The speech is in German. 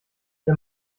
der